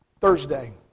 Thursday